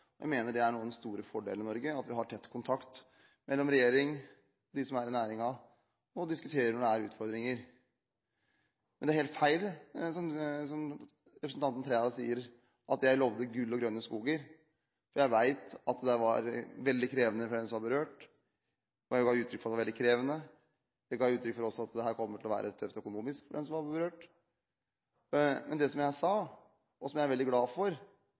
Jeg mener det er en av de store fordelene i Norge, at vi har tett kontakt mellom regjering og næring, og diskuterer når det er utfordringer. Men det er helt feil, som representanten Trældal sier, at jeg lovet gull og grønne skoger, for jeg vet at det var veldig krevende for dem som var berørt, og jeg ga uttrykk for at det var veldig krevende. Jeg ga også uttrykk for at det kom til å være tøft økonomisk for dem som var berørt. Men det som jeg sa, og som jeg er veldig glad for,